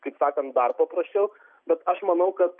taip sakant dar paprasčiau bet aš manau kad